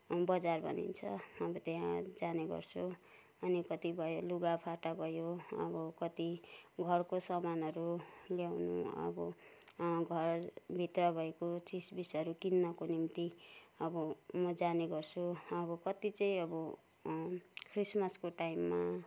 बजार भनिन्छ अब त्यहाँ जाने गर्छु अनि कतिपय लुगाफाटा भयो अब कति घरको सामानहरू ल्याउनु अब घरभित्र भएको चिजबिजहरू किन्नको निम्ति अब म जाने गर्छु अब कति चाहिँ अब क्रिस्मसको टाइममा